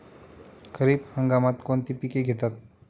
खरीप हंगामात कोणती पिके घेतात?